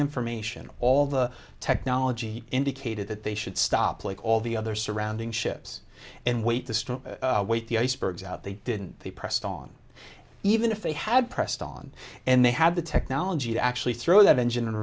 information all the technology indicated that they should stop like all the other surrounding ships and wait the storm wait the icebergs out they didn't they pressed on even if they had pressed on and they had the technology to actually throw that engine in